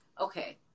Okay